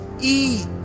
eat